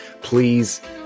please